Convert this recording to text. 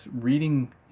reading